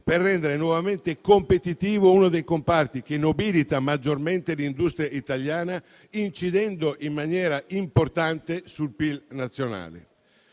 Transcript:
per rendere nuovamente competitivo uno dei comparti che nobilita maggiormente l'industria italiana, incidendo in maniera importante sul PIL nazionale.